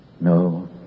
No